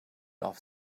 off